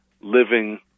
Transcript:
living